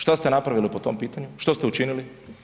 Šta ste napravili po tom pitanju, što ste učinili?